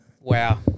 Wow